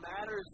matters